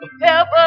Help